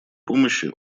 помощи